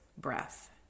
breath